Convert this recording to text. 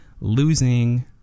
losing